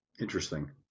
Interesting